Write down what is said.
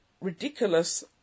ridiculous